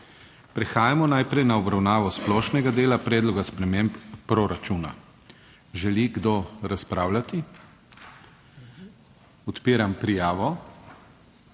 Prehajamo najprej na obravnavo splošnega dela predloga sprememb proračuna. Želi kdo razpravljati? (Da.) Odpiram prijavo,